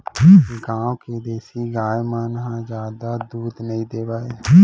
गॉँव के देसी गाय मन ह जादा दूद नइ देवय